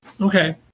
okay